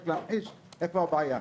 רק להמחיש איפה הבעיה.